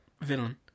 villain